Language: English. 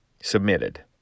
submitted